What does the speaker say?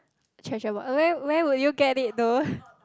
treasure box where where would you get it though